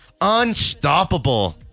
unstoppable